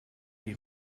des